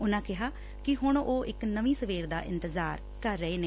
ਉਨਾਂ ਕਿਹਾ ਕਿ ਹੁਣ ਉਹ ਨਵੀਂ ਸਵੇਰ ਦਾ ਇਤਜਾਰ ਕਰ ਰਹੇ ਨੇ